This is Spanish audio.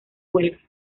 huelgas